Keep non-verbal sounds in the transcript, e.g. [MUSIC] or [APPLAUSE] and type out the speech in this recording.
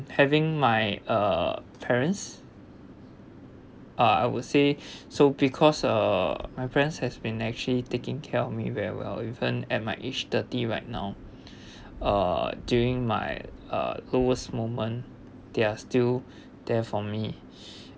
having my uh parents uh I would say so because uh my parents has been actually taking care of me very well even at my age thirty right now [BREATH] uh during my uh lowest moment they are still there for me